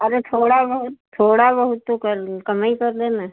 अरे थोड़ा बहुत थोड़ा बहुत तो कर कम ही कर दे ना